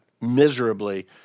miserably